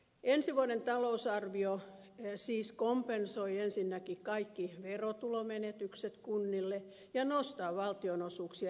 ensi vuoden talousarvio siis kompensoi ensinnäkin kaikki verotulomenetykset kunnille ja nostaa valtionosuuksia hieman